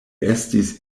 estis